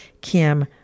Kim